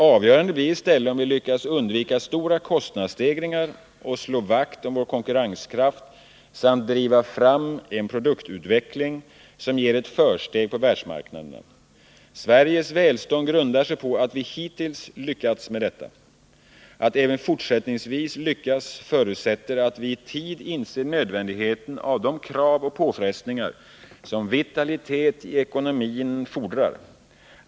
Avgörande bliri stället om vi lyckas undvika stora kostnadsstegringar och slå vakt om vår konkurrenskraft samt driva fram en produktutveckling som ger ett försteg på världsmarknaderna. Sveriges välstånd grundar sig på att vi hittills lyckats med detta. Att även fortsättningsvis lyckas förutsätter att vi i tid inser nödvändigheten av de krav och påfrestningar som vitalitet i ekonomin fordrar.